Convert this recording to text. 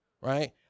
right